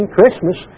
Christmas